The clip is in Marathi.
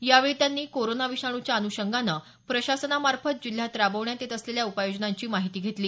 यावेळी त्यांनी कोरोना विषाणूच्या अनुषंगानं प्रशासनामार्फत जिल्ह्यात राबवण्यात येत असलेल्या उपाययोजनांची माहिती घेतली